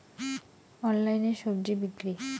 অনলাইনে স্বজি বিক্রি?